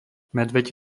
medveď